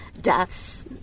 deaths